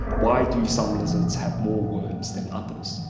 why do some lizards have more worms than others?